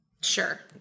Sure